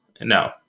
No